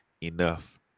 enough